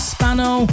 Spano